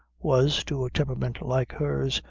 was, to a temperament like her's,